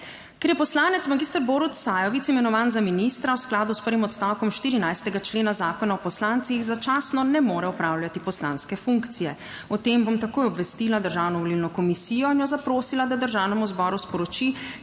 Ker je poslanec magister Borut Sajovic imenovan za ministra, v skladu s prvim odstavkom 14. člena Zakona o poslancih začasno ne more opravljati poslanske funkcije. O tem bom takoj obvestila Državno-volilno komisijo in jo zaprosila, da 82. TRAK: (JJ)